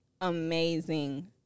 amazing